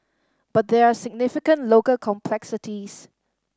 but there are significant local complexities